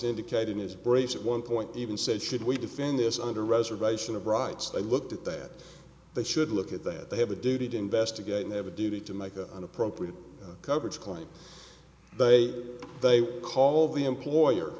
indicated his brace at one point even said should we defend this under reservation of rights they looked at that they should look at that they have a duty to investigate they have a duty to make that an appropriate coverage claim they they call the employer